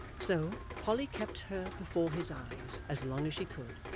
so, polly kept her before his eyes, as long as she could,